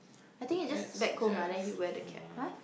I think it's just back comb lah then you wear the cap !huh!